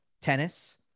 tennis